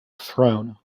throne